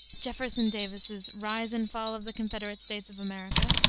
jefferson davis's rise and fall of the confederate states of america,